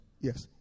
Yes